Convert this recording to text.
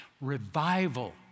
Revival